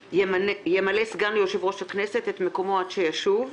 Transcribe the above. ימלא סגן יושב-ראש הכנסת את מקומו עד שישוב.